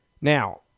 Now